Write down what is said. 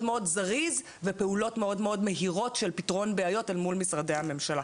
זריז ופעולות מאוד מהירות של פתרון בעיות אל מול משרדי הממשלה.